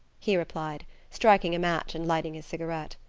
he replied, striking a match and lighting his cigarette.